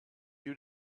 you